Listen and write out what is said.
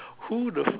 who the fuck